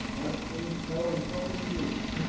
haven't seen snow in a couple of years.